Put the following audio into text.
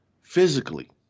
physically